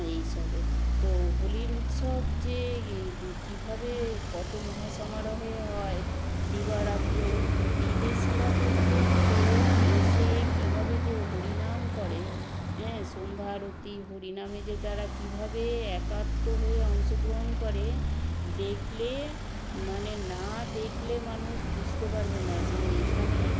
এই সবে তো হোলির উৎসব যে কীভাবে কত মহাসমারোহে হয় দিবারাত্র বিদেশিরা পর্যন্ত এসে কীভাবে যে হরিনাম করে হ্যাঁ সন্ধ্যা আরতি হরিনামে যে তারা কীভাবে একাত্ম হয়ে অংশগ্রহণ করে দেখলে মানে না দেখলে মানুষ বুঝতে পারবে না যে এইখানে